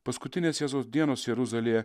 paskutinės jėzaus dienos jeruzalėje